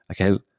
okay